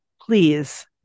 Please